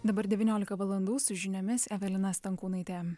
dabar devyniolika valandų su žiniomis evelina stankūnaitė